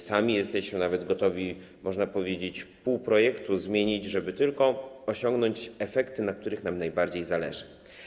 Sami jesteśmy nawet gotowi, można powiedzieć, zmienić pół projektu, żeby tylko osiągnąć efekty, na których nam najbardziej zależy.